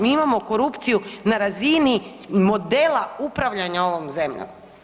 Mi imamo korupciju na razini modela upravljanja ovom zemlja.